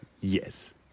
Yes